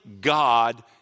God